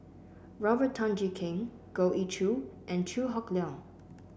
Robert Tan Jee Keng Goh Ee Choo and Chew Hock Leong